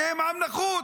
כי הם עם נחות,